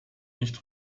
nicht